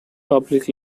public